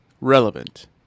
relevant